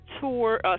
tour